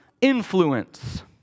influence